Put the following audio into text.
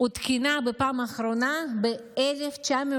עודכנה בפעם האחרונה ב-1980?